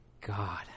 God